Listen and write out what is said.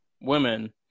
women